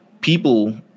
people –